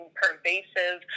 pervasive